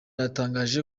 yatangaje